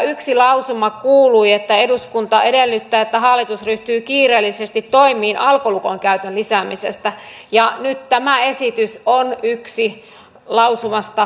yksi lausuma kuului että eduskunta edellyttää että hallitus ryhtyy kiireellisesti toimiin alkolukon käytön lisäämiseksi ja nyt tämä esitys on yksi lausumasta seuraava toimi